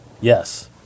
Yes